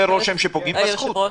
ככה עושה רושם שפוגעים בזכות.